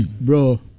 Bro